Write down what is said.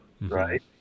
right